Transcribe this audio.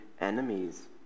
enemies